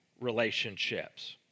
relationships